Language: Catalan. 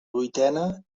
vuitena